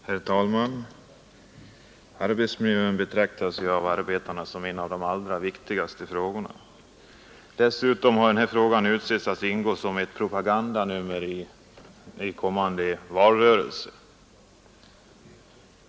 Herr talman! Frågan om arbetsmiljön betraktas av arbetarna som en av de allra viktigaste frågorna. Dessutom är avsikten att denna fråga skall ingå som ett propagandanummer i kommande valrörelse.